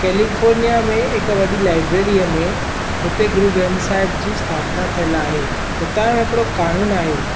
California में हिकु वॾी लाइब्रेरी में हुते गरु ग्रंथ साहिब जी स्थपना थियलु आहे हुतां जो हिकिड़ो क़ानूनु आहे